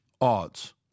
odds